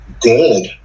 gold